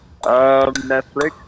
Netflix